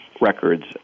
records